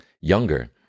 Younger